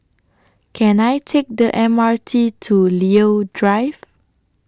Can I Take The M R T to Leo Drive